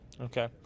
Okay